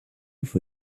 for